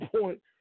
point